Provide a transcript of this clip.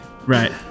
Right